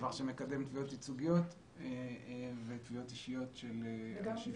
דבר שמקדם תביעות ייצוגיות ותביעות אישיות של אנשים שנפגעו.